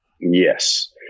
yes